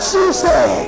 Tuesday